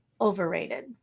overrated